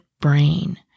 brain